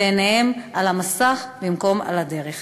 ועיניהם על המסך במקום על הדרך.